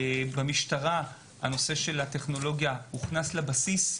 במשטרה, הנושא של הטכנולוגיה הוכנס לבסיס,